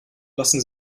lassen